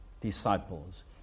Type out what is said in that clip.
Disciples